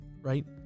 Right